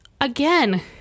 again